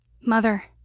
Mother